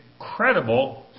Incredible